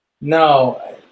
No